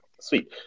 Sweet